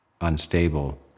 unstable